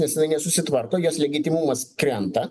nes jinai nesusitvarko jos legitimumas krenta